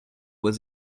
was